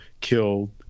killed